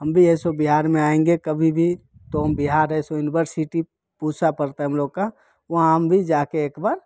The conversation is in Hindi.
हम भी है ऐसो बिहार में आएँगे कभी भी तो हम बिहार ऐसो युनिवर्सीटी पूसा पड़ता है हम लोग का वहाँ हम भी जाके एक बार